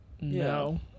No